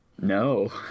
no